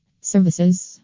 services